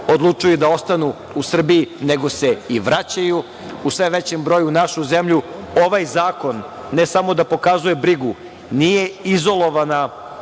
odlučuju da ostanu u Srbiji, nego se i vraćaju u sve većem broju u našu zemlju. Ovaj zakon ne samo da pokazuje brigu, nije izolovana